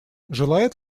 желает